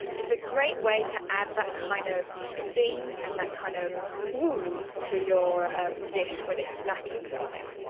it's a great way to add that kind of zing and that kind of ooh to your dish when it's lacking something